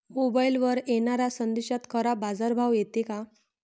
मोबाईलवर येनाऱ्या संदेशात खरा बाजारभाव येते का?